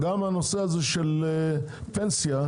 אבל יושבים כאן גם פקידי אוצר כמובן,